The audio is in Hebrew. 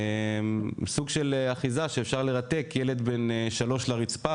זו סוג של אחיזה שמאפשרת לרתק ילד בן שלוש לרצפה,